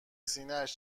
سینهاش